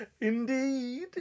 Indeed